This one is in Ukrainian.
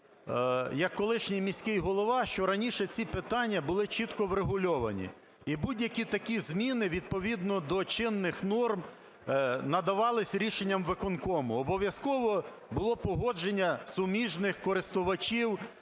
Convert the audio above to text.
як колишній міський голова, що раніше ці питання були чітко врегульовані і будь-які такі зміни, відповідно до чинних норм, надавались рішенням виконкому, обов'язково було погодження суміжних користувачів